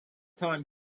time